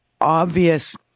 obvious